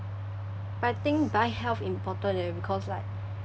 but I think buy health important leh because like